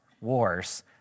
wars